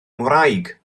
ngwraig